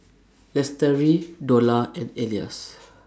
Lestari Dollah and Elyas